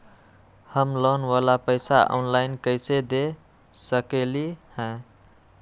हम लोन वाला पैसा ऑनलाइन कईसे दे सकेलि ह?